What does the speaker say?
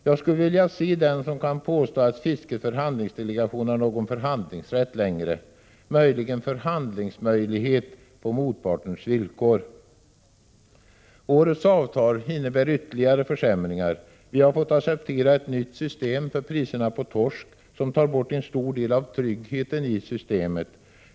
Jag skulle vilja se den som kan påstå att fiskets förhandlingsdelegation har någon förhandlingsrätt längre — möjligen förhandlingsmöjlighet på motpartens villkor. Årets avtal innebär ytterligare försämringar. Vi har fått acceptera ett nytt system för prissättningen på torsk, som tar bort en stor del av tryggheten i systemet.